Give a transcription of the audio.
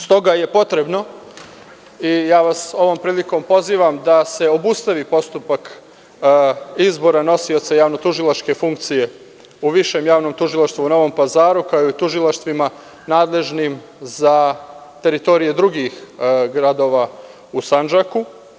S toga je potrebno i ja vas ovom prilikom pozivam da se obustavi postupak izbora nosioca javno tužilačke funkcije u Višem javnom tužilaštvu u Novom Pazaru, kao i u tužilaštvima nadležnim za teritorije drugih gradova u Sandžaku.